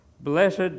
Blessed